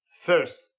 first